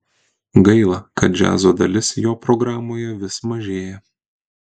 gaila kad džiazo dalis jo programoje vis mažėja